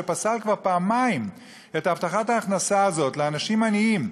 שפסל כבר פעמיים את הבטחת ההכנסה הזאת לאנשים עניים,